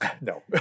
No